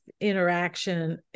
interaction